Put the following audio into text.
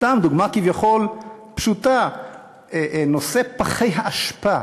סתם דוגמה כביכול פשוטה, נושא פחי האשפה.